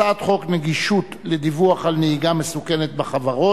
הצעת חוק נגישות לדיווח על נהיגה מסוכנת בחברות,